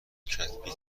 کتبی